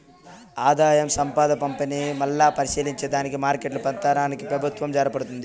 ఆదాయం, సంపద పంపిణీ, మల్లా పరిశీలించే దానికి మార్కెట్ల పతనానికి పెబుత్వం జారబడతాది